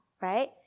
right